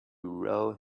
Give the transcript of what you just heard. row